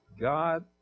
God